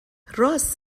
رآس